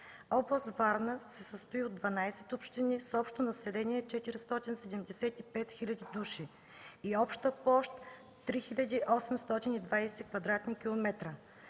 област Варна се състои от 12 общини с общо население 475 хиляди души и обща площ 3820